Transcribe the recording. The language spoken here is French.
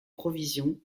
provisions